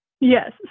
Yes